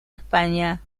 españa